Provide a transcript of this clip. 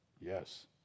Yes